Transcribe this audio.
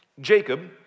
Jacob